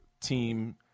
team